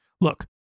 Look